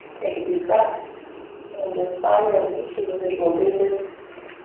take a deep breath and just fine with each individual ribbons.